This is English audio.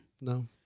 No